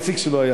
הנציג שלו,